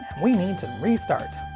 we need to restart.